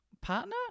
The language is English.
partner